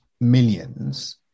millions